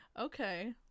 okay